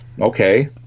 Okay